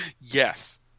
Yes